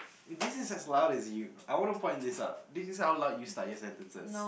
this is as loud as you I wanna point this out this is how loud you start your sentences